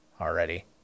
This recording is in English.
already